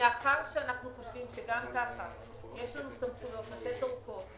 מאחר שאנחנו חושבים שגם ככה יש לנו סמכויות לתת אורכות,